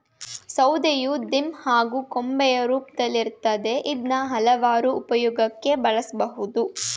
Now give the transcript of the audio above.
ಸೌಧೆಯು ದಿಮ್ಮಿ ಹಾಗೂ ಕೊಂಬೆ ರೂಪ್ದಲ್ಲಿರ್ತದೆ ಇದ್ನ ಹಲ್ವಾರು ಉಪ್ಯೋಗಕ್ಕೆ ಬಳುಸ್ಬೋದು